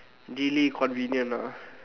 really convenient lah